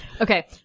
Okay